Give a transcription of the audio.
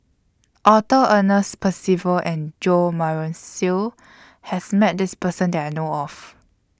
Arthur Ernest Percival and Jo Marion Seow has Met This Person that I know of